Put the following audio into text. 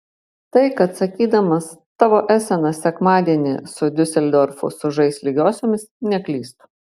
tai kad sakydamas tavo esenas sekmadienį su diuseldorfu sužais lygiosiomis neklystu